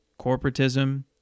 corporatism